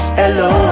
hello